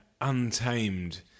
untamed